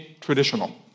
traditional